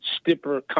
stiffer